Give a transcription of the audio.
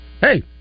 hey